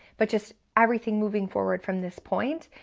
but just everything moving forward from this point,